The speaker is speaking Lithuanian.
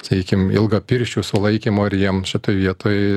sakykim ilgapirščių sulaikymo ir jiem šitoj vietoj